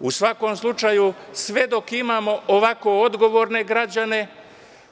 U svakom slučaju, sve dok imamo ovako odgovorne građane,